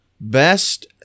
best